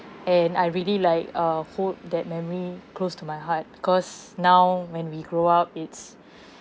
and I really like uh hold that memory close to my heart because now when we grow up it's